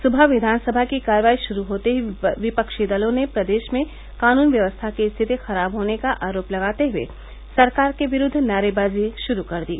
सुबह विघानसभा की कार्यवाही शुरू होते ही विपक्षी दलों ने प्रदेश में कानून व्यवस्था की स्थिति खराब होने का आरोप लगाते हुए सरकार के विरूद्व नारेबाजी गुरू कर दी